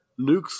nukes